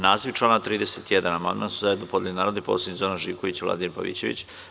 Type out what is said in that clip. Naziv člana 31. amandman su zajedno podneli narodni poslanici Zoran Živković i Vladimir Pavićević.